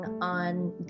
on